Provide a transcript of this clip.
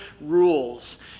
rules